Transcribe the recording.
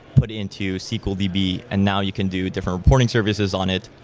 put into sql db and now you can do different reporting services on it.